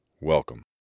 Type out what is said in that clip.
Welcome